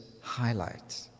highlight